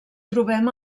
trobem